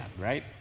right